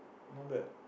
not bad